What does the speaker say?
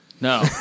No